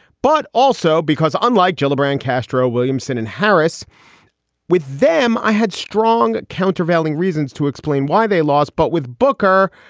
but also because unlike gillibrand, castro, williamson and harris with them, i had strong countervailing reasons to explain why they lost but with booker,